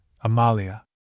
Amalia